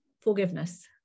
Forgiveness